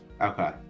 Okay